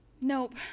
Nope